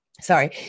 sorry